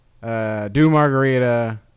Do-margarita